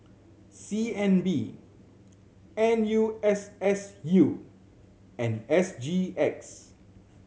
C N B N U S S U and S G X